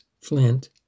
flint